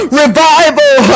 revival